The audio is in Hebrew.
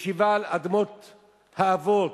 ישיבה על אדמות האבות".